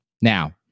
Now